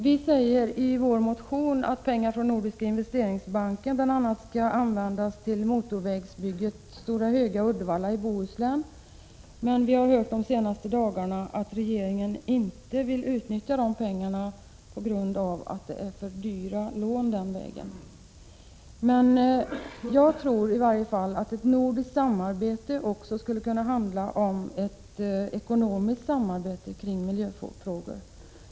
Vi säger i motionen att pengar från Nordiska Investeringsbanken bl.a. var ämnade för motorvägsbygget Stora Höga-Uddevalla i Bohuslän, men det har de senaste dagarna framgått att regeringen inte vill utnyttja de pengarna på grund av att det blir för dyra lån. Ett nordiskt samarbete skulle trots detta kunna gälla lånemöjligheter på miljöområdet.